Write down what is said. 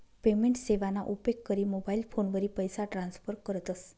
payment सेवाना उपेग करी मोबाईल फोनवरी पैसा ट्रान्स्फर करतस